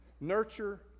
nurture